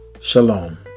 shalom